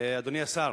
אדוני השר,